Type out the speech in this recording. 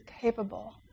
capable